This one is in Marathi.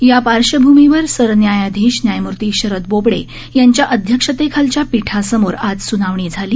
या पार्श्वभूमीवर सरन्यायाधीश न्यायमूर्ती शरद बोबडे यांच्या अध्यक्षतेखालच्या पिठासमोर आज सुनावणी झाली